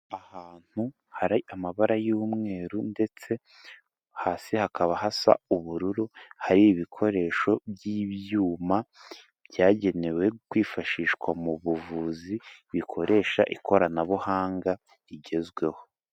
Ahantu hari amabara y'umweru ndetse hasi hakaba hasa ubururu, hari ibikoresho by'ibyuma byagenewe kwifashishwa mu buvuzi, bikoresha ikoranabuhanga rigezweho.